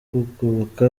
kugoboka